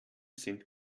sind